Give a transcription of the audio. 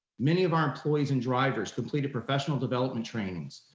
many of our employees and drivers completed professional development trainings.